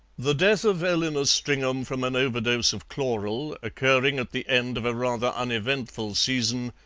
the death of eleanor stringham from an overdose of chloral, occurring at the end of a rather uneventful season,